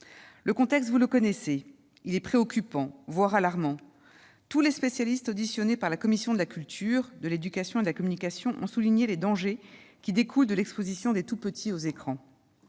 Le contexte, vous le connaissez. Il est préoccupant, voire alarmant : tous les spécialistes auditionnés par la commission de la culture, de l'éducation et de la communication ont souligné les dangers qui découlent de l'exposition des tout-petits aux écrans.